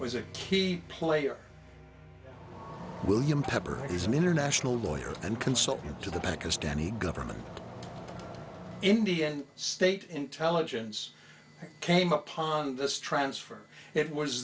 was a key player william pepper he's an international lawyer and consultant to the pakistani government indian state intelligence came upon this transfer it was